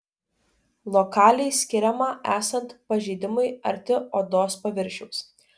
lokaliai skiriama esant pažeidimui arti odos paviršiaus